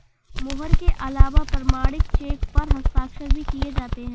मोहर के अलावा प्रमाणिक चेक पर हस्ताक्षर भी किये जाते हैं